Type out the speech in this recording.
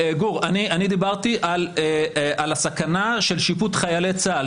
גור, אני דיברתי על הסכנה של שיפוט חיילי צה"ל.